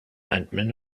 admin